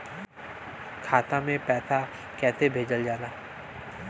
खाता में पैसा कैसे भेजल जाला?